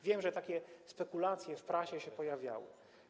Wiem, że takie spekulacje w prasie się pojawiały.